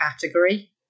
category